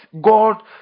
God